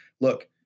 look